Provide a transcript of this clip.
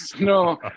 No